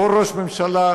אותו ראש ממשלה,